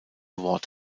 wort